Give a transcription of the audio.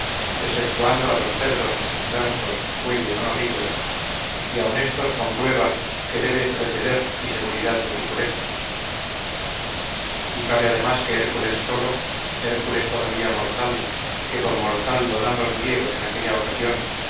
exceptuando a los cerdos gansos bueyes o novillos y aun éstos con prueba que debe preceder y seguridad de su pureza y cabe además que hércules solo hércules todavía mortal que por mortal lo dan los griegos en aquella ocasión